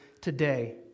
today